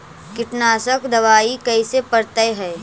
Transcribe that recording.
कीटनाशक दबाइ कैसे पड़तै है?